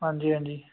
ਹਾਂਜੀ ਹਾਂਜੀ